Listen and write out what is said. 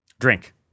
Drink